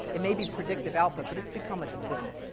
it may be predictive output, but it's become a decision.